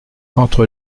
entre